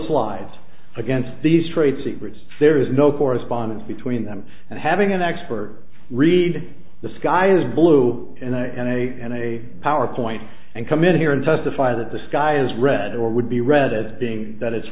those lives against these trade secrets there is no correspondence between them and having an expert read the sky is blue and i and i had a power point and come in here and testify that the sky is red or would be red it being that it's